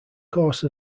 course